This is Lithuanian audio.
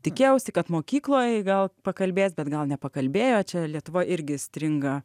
tikėjausi kad mokykloj gal pakalbės bet gal nepakalbėjo čia lietuva irgi stringa